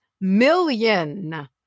million